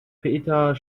peter